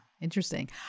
interesting